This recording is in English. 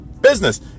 business